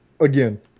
again